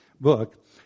book